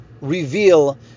reveal